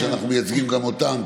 שאנחנו מייצגים גם אותם,